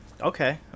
Okay